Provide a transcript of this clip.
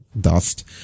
dust